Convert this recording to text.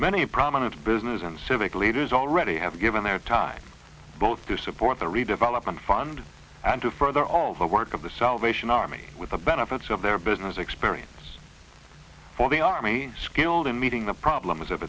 many prominent business and civic leaders already have given their time both to support the redevelopment fund and to further all the work of the salvation army with the benefits of their business experience for the army skilled in meeting the problem